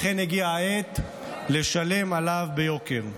לכן הגיעה העת לשלם עליו ביוקר.